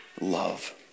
love